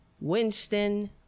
Winston